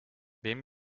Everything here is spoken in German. wem